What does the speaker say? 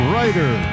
Writer